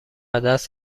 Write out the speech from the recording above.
دست